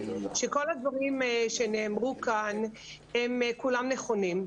שכל הדברים שנאמרו כאן הם כולם נכונים.